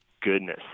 Goodness